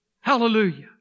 Hallelujah